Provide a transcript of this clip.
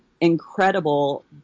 incredible